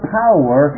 power